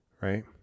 right